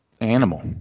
animal